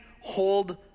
hold